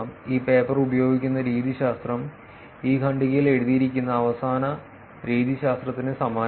ഈ പേപ്പർ ഉപയോഗിക്കുന്ന രീതിശാസ്ത്രം ഈ ഖണ്ഡികയിൽ എഴുതിയിരിക്കുന്ന അവസാന രീതിശാസ്ത്രത്തിന് സമാനമാണ്